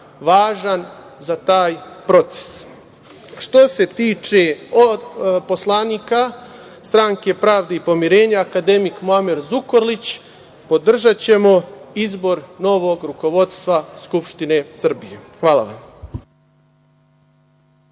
važan za taj proces. Što se tiče poslanika stranke Pravde i pomirenja - akademik Muamer Zukorlić podržaćemo izbor novog rukovodstva Skupštine Srbije. Hvala vam.